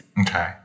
Okay